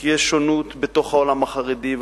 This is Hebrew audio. כי יש שונות בתוך העולם החרדי,